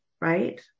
right